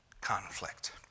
conflict